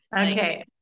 Okay